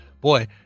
Boy